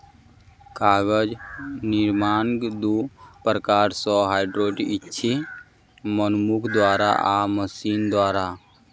कागज निर्माण दू प्रकार सॅ होइत अछि, मनुखक द्वारा आ मशीनक द्वारा